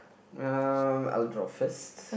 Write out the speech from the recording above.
uh I will draw first